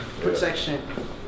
Protection